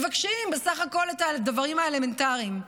מבקשים בסך הכול את הדברים האלמנטריים,